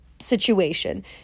situation